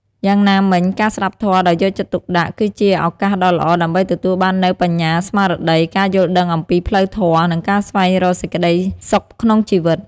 យ៉ាងណាមិញ ការស្តាប់ធម៌ដោយយកចិត្តទុកដាក់ គឺជាឱកាសដ៏ល្អដើម្បីទទួលបាននូវបញ្ញាស្មារតី ការយល់ដឹងអំពីផ្លូវធម៌ និងការស្វែងរកសេចក្តីសុខក្នុងជីវិត។